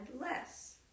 less